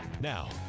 Now